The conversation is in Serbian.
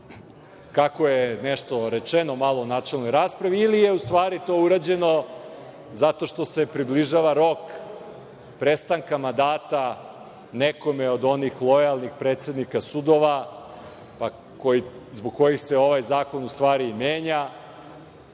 kako je nešto rečeno malo u načelnoj raspravi, ili je u stvari to urađeno zato što se približava rok prestanka mandata nekome od onih lojalnih predsednika sudova zbog kojih se ovaj zakon u stvari i menja?